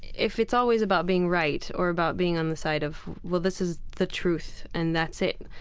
if it's always about being right or about being on the side of well, this is the truth and that's it,